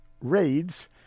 raids